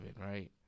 right